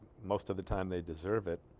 most of the time they deserve it